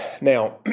Now